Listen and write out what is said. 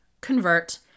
convert